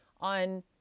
on